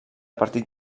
partit